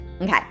Okay